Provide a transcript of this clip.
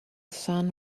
son